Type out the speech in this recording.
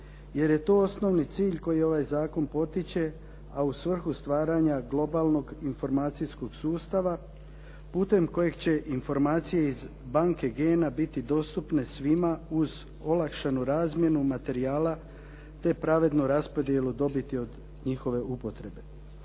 jer je to osnovni cilj koji ovaj zakon potiče a u svrhu stvaranja globalnog informacijskog sustava putem kojeg će informacije iz banke gena biti dostupne svima uz olakšanu razmjenu materijala te pravednu raspodjelu dobiti od njihove upotrebe.